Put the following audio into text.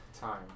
time